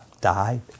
died